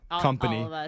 Company